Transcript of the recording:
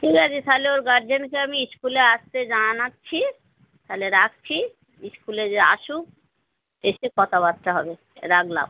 ঠিক আছে তাহলে ওর গার্জেনকে আমি স্কুলে আসতে জানাচ্ছি তাহালে রাখছি স্কুলে যে আসুক এসে কথাবার্তা হবে রাখলাম